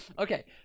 Okay